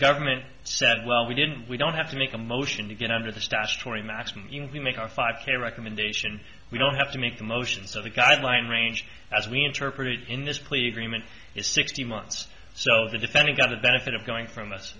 government said well we didn't we don't have to make a motion to get under the statutory maximum if we make our five k recommendation we don't have to make the motions of the guideline range as we interpret it in this plea agreement is sixteen months so the defendant got the benefit of going from us